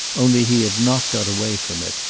only he had not got away from it.